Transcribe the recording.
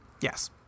Yes